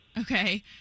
okay